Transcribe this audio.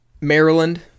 Maryland